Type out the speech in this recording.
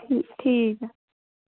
ठीक